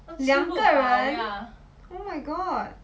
两个人 oh my god